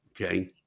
okay